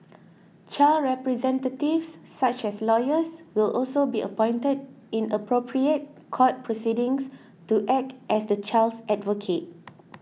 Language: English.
child representatives such as lawyers will also be appointed in appropriate court proceedings to act as the child's advocate